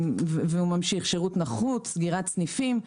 והוא ממשיך שירות נחות, סגירת סניפים.